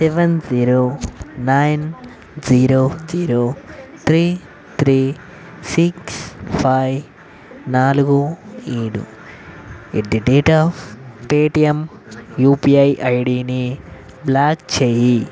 seven zero nine zero zero three three six five నాలుగు ఏడు at the rate of Paytm UPI ఐడీని block చెయ్యి